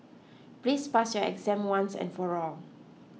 please pass your exam once and for all